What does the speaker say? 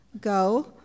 go